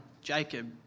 Jacob